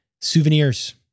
souvenirs